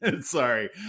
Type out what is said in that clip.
Sorry